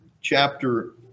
chapter